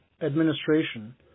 administration